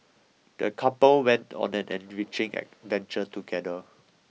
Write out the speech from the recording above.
the couple went on an enriching adventure together